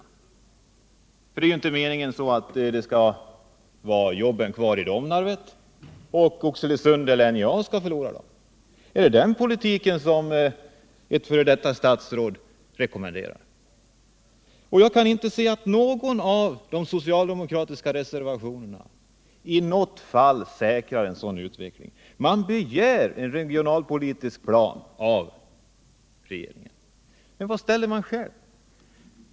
Meningen kan ju inte vara att jobben skall vara kvar på Domnarvet, medan Oxelösund eller NJA skall förlora jobb. Eller är det en sådan politik ett f. d. statsråd rekommenderar? Jag kan inte se att någon av de socialdemokratiska reservationerna i något fall garanterar att vi inte får en sådan utveckling. Man begär en regionalpolitisk plan av regeringen, men vad föreslår man själv?